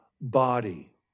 body